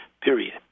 period